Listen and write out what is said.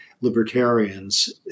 libertarians